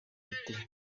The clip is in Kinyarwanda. bite